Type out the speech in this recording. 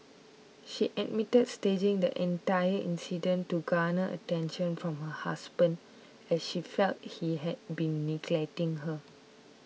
she admitted staging the entire incident to garner attention from her husband as she felt he had been neglecting her